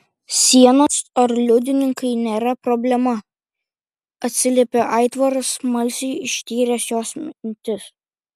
sienos ar liudininkai nėra problema atsiliepė aitvaras smalsiai ištyręs jos mintis